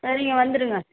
சரிங்க வந்துருங்க